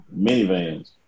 minivans